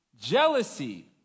jealousy